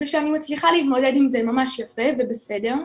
ושאני מצליחה להתמודד עם זה ממש יפה ובסדר,